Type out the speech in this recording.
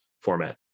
format